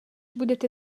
budete